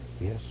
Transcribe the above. Yes